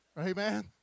Amen